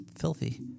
filthy